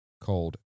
called